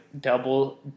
double